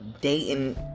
dating